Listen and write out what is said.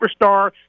superstar